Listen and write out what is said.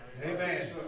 Amen